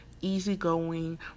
easygoing